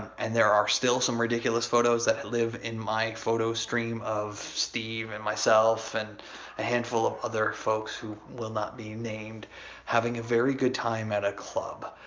and there are still some ridiculous photos that live in my photo stream of steve and myself and a handful of other folks who will not be named having a very good time at a club.